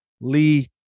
Lee